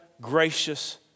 gracious